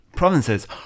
Provinces